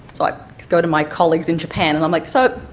so i go to my colleagues in japan and i'm like, so,